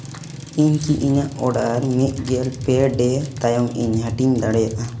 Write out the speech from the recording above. ᱤᱧ ᱠᱤ ᱤᱧᱟᱹᱜ ᱚᱰᱟᱨ ᱢᱤᱫ ᱜᱮᱞ ᱯᱮ ᱰᱮ ᱛᱟᱭᱚᱢ ᱤᱧ ᱦᱟᱹᱴᱤᱧ ᱫᱟᱲᱮᱭᱟᱜᱼᱟ